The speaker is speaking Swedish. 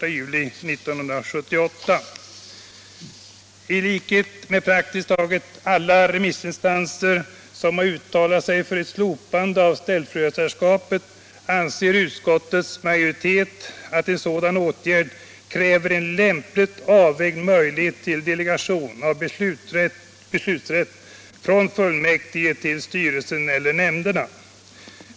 I likhet med praktiskt taget alla remissinstanser som har uttalat sig för ett slopande av ställföreträdarskapet anser utskottets majoritet att en sådan åtgärd kräver en lämpligt avvägd möjlighet till delegation av beslutanderätt från fullmäktige till styrelsen eller nämnderna.